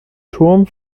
turm